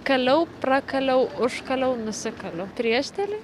kaliau prakaliau užkaliau nusikaliau priešdėlį